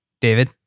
David